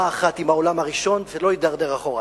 אחת עם העולם הראשון ולא להידרדר אחורה.